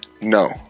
No